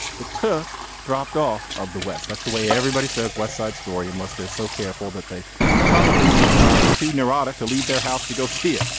the tour dropped off of the west. that's the way everybody says west side story unless they're so careful that they probably are too neurotic to leave their house to go see it.